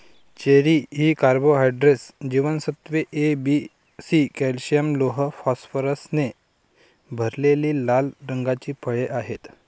cherry ही carbohydrates, जीवनसत्त्वे A, B, C, calcium, लोह, फॉस्फरसने भरलेली लाल रंगाची फळे आहेत